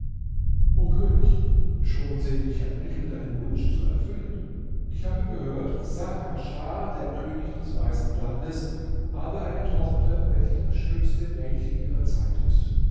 o könig schon sehe ich ein mittel deinen wunsch zu erfüllen ich habe gehört saherschah der könig des weißen landes habe eine tochter welche das schönste mädchen ihrer zeit ist